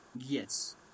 Yes